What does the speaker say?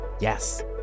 Yes